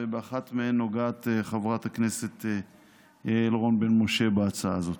ובאחת מהן נוגעת חברת הכנסת יעל רון בן משה בהצעה הזאת.